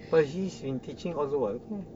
but he's been teaching also [what] okay eh